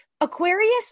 Aquarius